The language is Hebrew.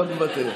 אתה מוותר.